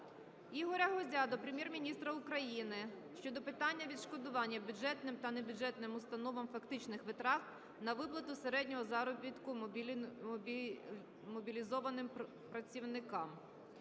Ігоря Гузя до Прем'єр-міністра України щодо питання відшкодування бюджетним та небюджетним установам фактичних витрат на виплату середнього заробітку мобілізованим працівника